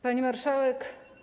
Pani Marszałek!